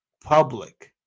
public